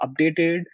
updated